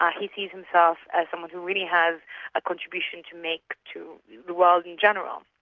um he sees himself as someone who really has a contribution to make to the world in general.